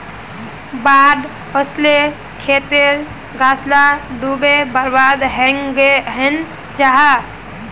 बाढ़ ओस्ले खेतेर गाछ ला डूबे बर्बाद हैनं जाहा